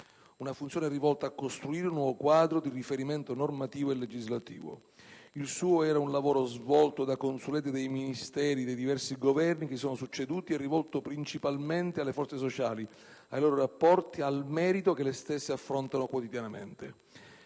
Una funzione rivolta a costruire un nuovo quadro di riferimento normativo e legislativo. Il suo era un lavoro svolto da consulente dei Ministeri dei diversi Governi che si sono succeduti e rivolto principalmente alle forze sociali, ai loro rapporti, al merito che le stesse affrontano quotidianamente.